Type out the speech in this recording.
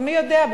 ומי יודע,